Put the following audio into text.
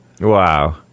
Wow